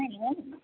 हरिः ओम्